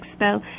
Expo